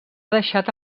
deixada